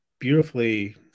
beautifully